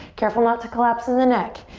careful not to collapse in the neck.